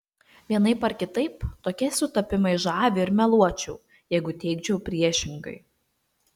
vienaip ar kitaip tokie sutapimai žavi ir meluočiau jeigu teigčiau priešingai